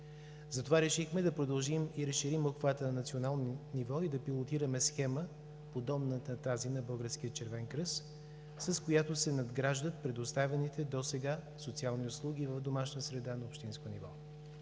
Затова решихме да продължим и разширим обхвата на национално ниво и да пилотираме схема, подобна на тази на Българския червен кръст, с която да се надграждат предоставените досега социални услуги в домашна среда, на общинско ниво.